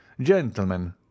Gentlemen